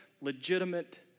legitimate